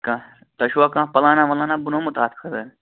کانٛہہ تۄہہِ چھُوا کانٛہہ پُلانا وُلانا بنوومُت اَتھ خٲطرٕ